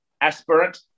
aspirant